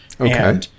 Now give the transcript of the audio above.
Okay